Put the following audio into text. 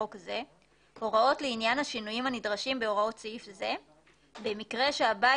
חוק זה הוראות לעניין השינויים הנדרשים בהוראות סעיף זה במקרה שהבית